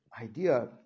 idea